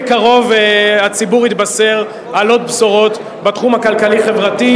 בקרוב הציבור יתבשר עוד בשורות בתחום הכלכלי-חברתי,